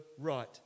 right